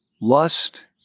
Lust